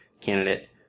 candidate